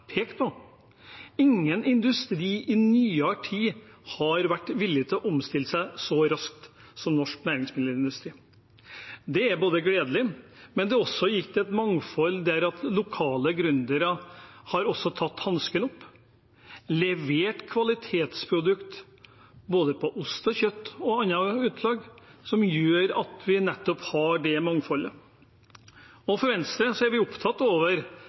pekt på. Ingen industri i nyere tid har vært villig til å omstille seg så raskt som norsk næringsmiddelindustri. Det er gledelig, og det har også gitt et mangfold. Lokale gründere har tatt hansken opp og levert kvalitetsprodukter, både ost og kjøtt og andre ting, som gjør at vi nettopp har det mangfoldet. Venstre er opptatt av den gode helsen og den gode matproduksjonen, i tillegg til at industripolitikken er